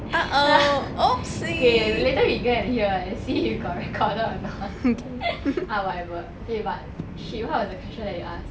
okay later we go and hear and see if got recorded or not ah whatever eh but shit what was the question that you asked